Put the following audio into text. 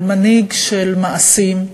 על מנהיג של מעשים,